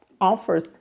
offers